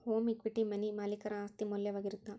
home equity money ಮಾಲೇಕರ ಆಸ್ತಿ ಮೌಲ್ಯವಾಗಿರತ್ತ